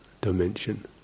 dimension